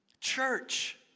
Church